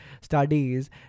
studies